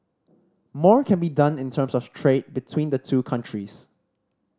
more can be done in terms of trade between the two countries